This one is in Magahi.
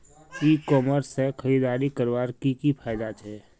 ई कॉमर्स से खरीदारी करवार की की फायदा छे?